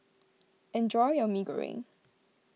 enjoy your Mee Goreng